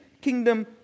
kingdom